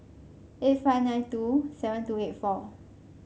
eight five nine two seven two eight four